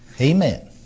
Amen